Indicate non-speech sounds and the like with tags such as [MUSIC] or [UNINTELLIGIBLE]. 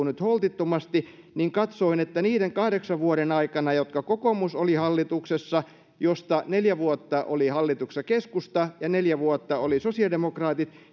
[UNINTELLIGIBLE] nyt holtittomasti niin katsoin että niiden kahdeksan vuoden aikana jotka kokoomus oli hallituksessa joista neljä vuotta oli hallituksessa keskusta ja neljä vuotta oli sosiaalidemokraatit [UNINTELLIGIBLE]